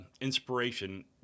inspiration